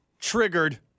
Triggered